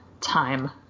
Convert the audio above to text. time